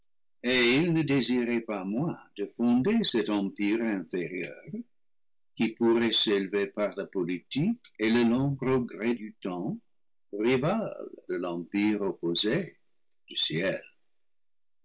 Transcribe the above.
désiraient pas moins de fonder cet empire inférieur qui pourrait s'élever par la politique et le long progrès du temps rival de l'empire opposé du ciel